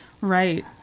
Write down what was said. Right